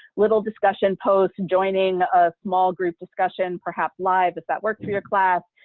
little discussion posts, and joining a small group discussion, perhaps live if that works for your class,